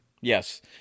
Yes